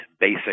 basic